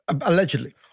allegedly